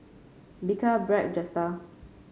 Bika Bragg Jetstar